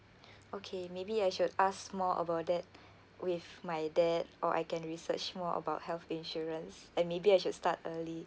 okay maybe I should ask more about that with my dad or I can research more about health insurance and maybe I should start early